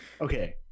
okay